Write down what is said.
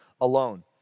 alone